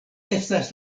estas